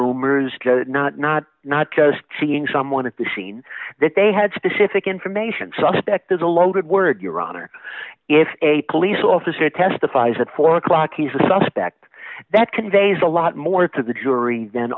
rumors not not not just seeing someone at the scene that they had specific information suspect is a loaded word your honor if a police officer testifies at four o'clock he's a suspect that conveys a lot more to the jury